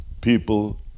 people